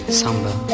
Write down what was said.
samba